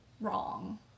wrong